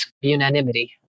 unanimity